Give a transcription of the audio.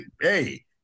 hey